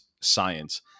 science